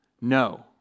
No